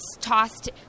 tossed